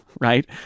right